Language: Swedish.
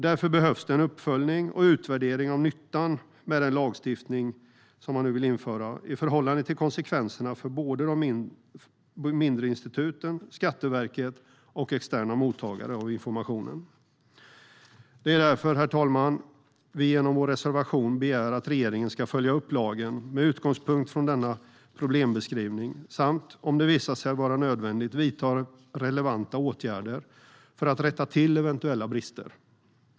Därför behövs en uppföljning och utvärdering av nyttan med den lagstiftning som man nu vill införa i förhållande till konsekvenserna för såväl de mindre instituten som Skatteverket och externa mottagare av informationen. Det är därför, herr talman, vi genom vår reservation begär att regeringen ska följa upp lagen med utgångspunkt från denna problembeskrivning samt, om det visar sig vara nödvändigt, vidta relevanta åtgärder för att rätta till eventuella brister.